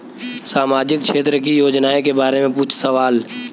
सामाजिक क्षेत्र की योजनाए के बारे में पूछ सवाल?